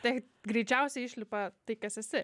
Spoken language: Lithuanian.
tai greičiausia išlipa tai kas esi